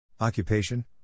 Occupation